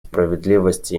справедливости